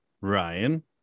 Ryan